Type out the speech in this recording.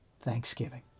Thanksgiving